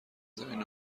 زمین